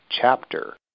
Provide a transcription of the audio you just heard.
chapter